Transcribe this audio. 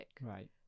Right